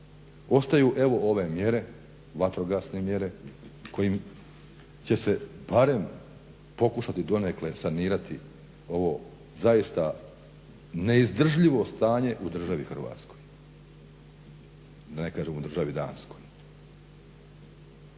ostaju evo ove mjere, vatrogasne mjere kojim će se barem pokušati donekle sanirati ovo zaista neizdržljivo stanje u državi Hrvatskoj, da ne kažem u državi Danskoj.